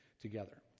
together